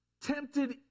tempted